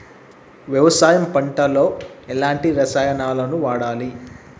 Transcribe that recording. వ్యవసాయం పంట లో ఎలాంటి రసాయనాలను వాడాలి?